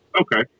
Okay